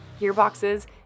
gearboxes